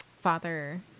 father